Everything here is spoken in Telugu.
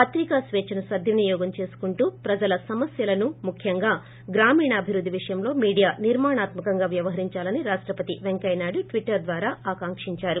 పత్రికాస్వాచ్చను సద్వినియోగం చేసుకుంటూ ప్రజల సమస్యలను ముఖ్యంగా గ్రామీణాభివృద్ది విషయంలో మీడియా నిర్మాణాత్మకంగా వ్యవహరిందాలని ఉపరాష్టపతి పెంకయ్య నాయుడు ట్వీటర్ ద్వారా ఆకాంకించారు